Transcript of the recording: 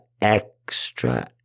extra